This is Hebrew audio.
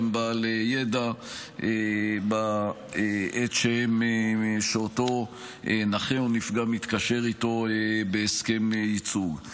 גם בעל ידע בהקשרים שאותו נכה או נפגע מתקשר איתו בהסכם ייצוג.